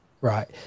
Right